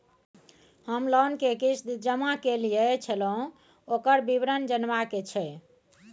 हम लोन के किस्त जमा कैलियै छलौं, ओकर विवरण जनबा के छै?